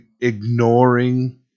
ignoring